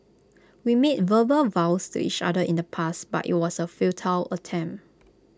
we made verbal vows to each other in the past but IT was A futile attempt